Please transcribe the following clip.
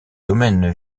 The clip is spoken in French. domaine